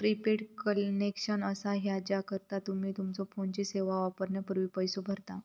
prepaid connection असा हा ज्याकरता तुम्ही तुमच्यो फोनची सेवा वापरण्यापूर्वी पैसो भरता